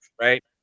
right